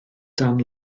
dan